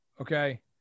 Okay